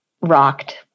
rocked